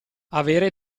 avere